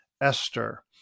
Esther